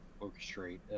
orchestrate